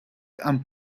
and